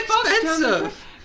expensive